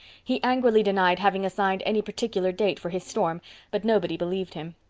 he angrily denied having assigned any particular date for his storm but nobody believed him.